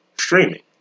Streaming